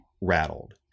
rattled